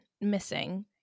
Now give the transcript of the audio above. missing